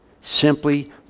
Simply